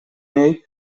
niej